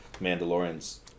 Mandalorian's